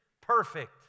perfect